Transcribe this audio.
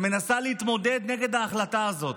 שמנסה להתמודד נגד ההחלטה הזאת,